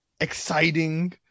exciting